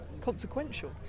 consequential